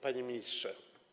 Panie Ministrze!